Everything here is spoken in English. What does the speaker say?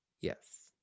yes